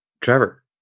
Trevor